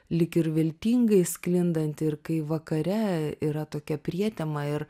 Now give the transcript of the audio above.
lyg ir viltingai sklindanti ir kai vakare yra tokia prietema ir